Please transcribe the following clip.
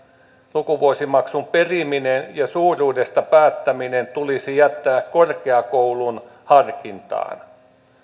lukuvuosimaksun periminen ja sen suuruudesta päättäminen tulisi jättää korkeakoulun harkintaan